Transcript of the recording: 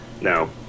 no